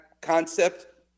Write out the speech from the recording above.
concept